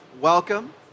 Welcome